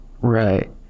Right